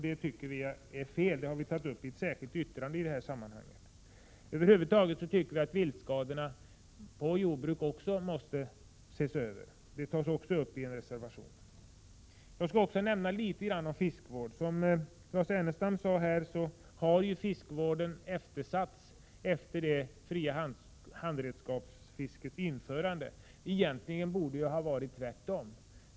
Det tycker vi är fel, och det har vi också nämnt i ett särskilt yttrande. Över huvud taget anser vi att frågan om viltskador även på jordbruket måste ses över. I den frågan har vi avgett en reservation. Låt mig slutligen säga några ord om fiskevård. Som Lars Ernestam sade har fiskevården eftersatts efter det fria handredskapsfiskets införande. Egentligen borde det ha blivit tvärtom.